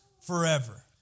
forever